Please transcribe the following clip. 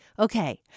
Okay